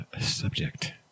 subject